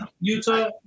Utah